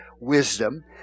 wisdom